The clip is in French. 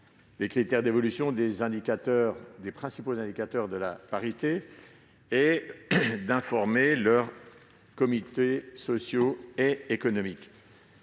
des critères d'évolution des principaux indicateurs de parité et d'informer leurs comités sociaux et économiques.